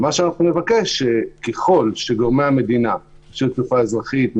אנחנו מבקשים שככל שגורמי המדינה רשות התעופה האזרחית,